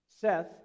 Seth